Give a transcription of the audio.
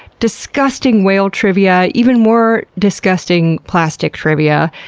disgusting whale trivia, even more disgusting plastic trivia,